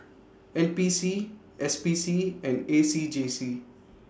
N P C S P C and A C J C